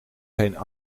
geen